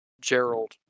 Gerald